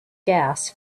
gas